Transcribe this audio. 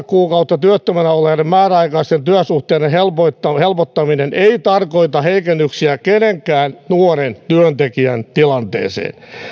kuukautta työttömänä olleiden määräaikaisten työsuhteiden helpottaminen ei tarkoita heikennyksiä kenenkään nuoren työntekijän tilanteeseen